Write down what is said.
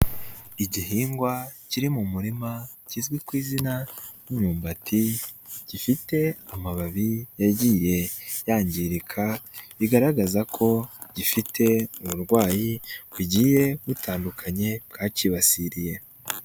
Igihingwa kiri mu murima kizwi ku izina ry'imyumbati gifite amababi yagiye yangirika bigaragaza ko gifite uburwayi bugiye butandukanye bwakibasiriye.